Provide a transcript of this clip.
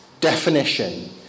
definition